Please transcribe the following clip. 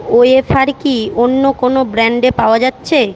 wafer কি অন্য কোনও ব্র্যাণ্ডে পাওয়া যাচ্ছে